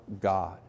God